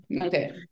Okay